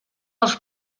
els